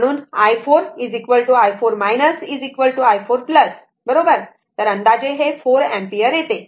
तर i4 i 4 i 4 बरोबर अंदाजे 4 अँपिअर आढळेल